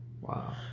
Wow